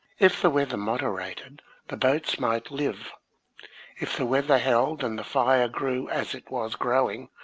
if the weather moderated the boats might live if the weather held, and the fire grew as it was growing,